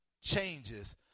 changes